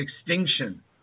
extinction